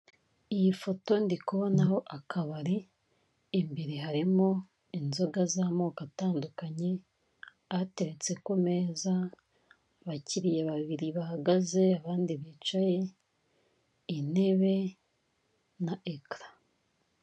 Iti foto ndi kubanaho akabari imbere harimo inzoga zamoko atandukanye ahateretse kumeza abakiriya babiri bahagaze, abandi bicaye, intebe na ekara.